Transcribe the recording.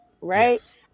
right